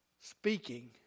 speaking